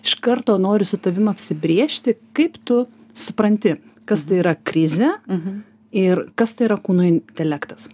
iš karto noriu su tavim apsibrėžti kaip tu supranti kas tai yra krizė ir kas tai yra kūno intelektas